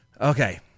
Okay